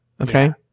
okay